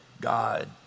God